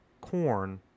corn